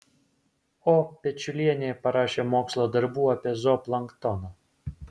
o pečiulienė parašė mokslo darbų apie zooplanktoną